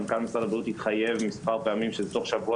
מנכ"ל משרד הבריאות התחייב מספר פעמים שתוך שבוע